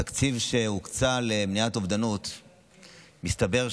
מסתבר שהתקציב שהוקצה למניעת אובדנות שינה